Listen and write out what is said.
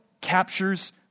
captures